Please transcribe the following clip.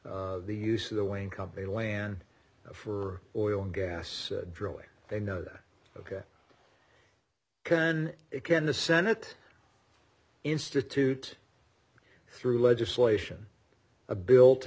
k the use of the way in company land for oil and gas drilling they know that ok can it can the senate institute through legislation a bill to